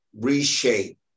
reshape